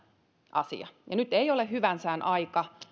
asia ja nyt ei ole hyvän sään aika